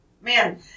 Man